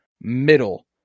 middle